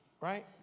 right